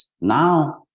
Now